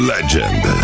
Legend